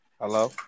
Hello